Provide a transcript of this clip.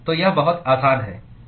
तो यह बहुत आसान है